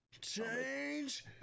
CHANGE